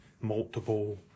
multiple